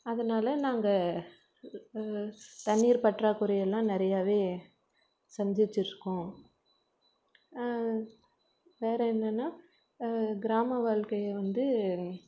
அதனால் நாங்கள் தண்ணீர் பற்றாக்குறையெல்லாம் நிறையாவே சந்திச்சுருக்கோம் வேறு என்னென்னா கிராம வாழ்க்கையில் வந்து